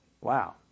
Wow